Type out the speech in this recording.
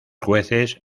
jueces